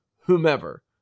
whomever